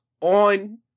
on